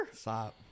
stop